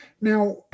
Now